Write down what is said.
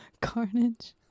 Carnage